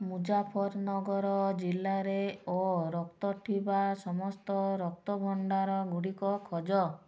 ମୁଜାଫରନଗର ଜିଲ୍ଲାରେ ଓ ରକ୍ତ ଥିବା ସମସ୍ତ ରକ୍ତ ଭଣ୍ଡାରଗୁଡ଼ିକ ଖୋଜ